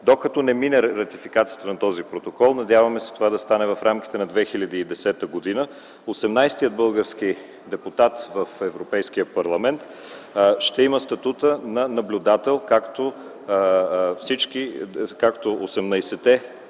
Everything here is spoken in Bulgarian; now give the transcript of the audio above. Докато не мине ратификацията на този протокол – надяваме се това да стане в рамките на 2010 г. – осемнадесетият български депутат в Европейския парламент ще има статут на наблюдател, както